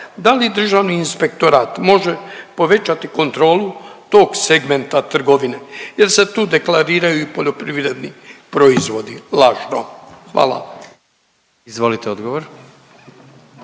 Da li Državni inspektorat može povećati kontrolu tog segmenta trgovine jer se tu deklariraju i poljoprivredni proizvodi lažno? Hvala. **Jandroković,